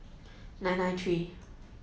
nine nine three